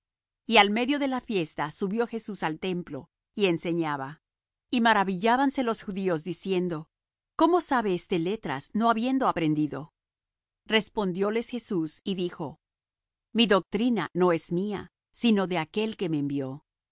y al medio de la fiesta subió jesús al templo y enseñaba y maravillábanse los judíos diciendo cómo sabe éste letras no habiendo aprendido respondióles jesús y dijo mi doctrina no es mía sino de aquél que me envió el